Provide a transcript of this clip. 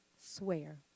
swear